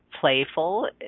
playful